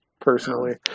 personally